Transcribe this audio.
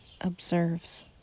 observes